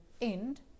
end